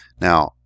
Now